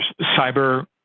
cyber